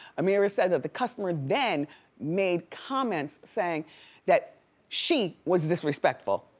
amirah says that the customer then made comments, saying that she was disrespectful,